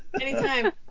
Anytime